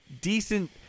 decent